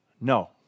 No